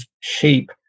shape